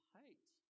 hate